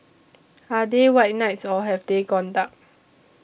are they white knights or have they gone dark